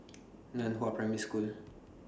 NAN Hua Primary School